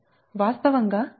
వాస్తవంగా ఇక్కడ నేను dx